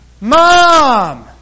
Mom